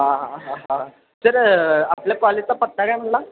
हां हां हां हां तर आपल्या कॉलेजचा पत्ता काय बोलला